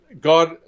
God